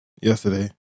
Yesterday